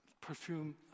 perfume